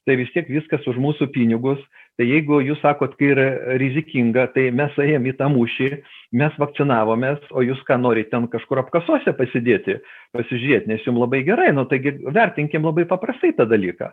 tai vis tiek viskas už mūsų pinigus tai jeigu jūs sakot ir rizikinga tai mes atėjom į tą mūšį mes vakcinavomės o jūs ką norit ten kažkur apkasuose pasėdėti pasižiūrėt nes jum labai gerai nu taigi vertinkim labai paprastai tą dalyką